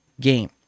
game